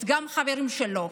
גם את החברים שלו.